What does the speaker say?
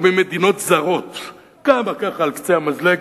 או ממדינות "זרות", ככה, על קצה המזלג,